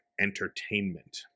entertainment